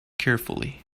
carefully